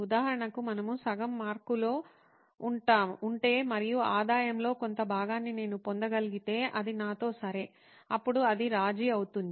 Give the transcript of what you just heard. ఉదాహరణకు మనము సగం మార్కులో ఉంటే మరియు ఆదాయంలో కొంత భాగాన్ని నేను పొందగలిగితే అది నాతో సరే అప్పుడు అది రాజీ అవుతుంది